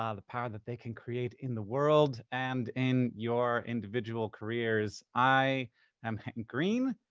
ah the power that they can create in the world and in your individual careers. i am hank green.